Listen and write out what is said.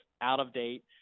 out-of-date